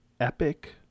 Epic